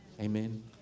Amen